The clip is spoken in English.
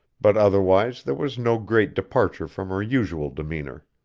but otherwise there was no great departure from her usual demeanor.